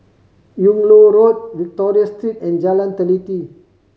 Yung Loh Road Victoria Street and Jalan Teliti